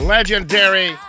Legendary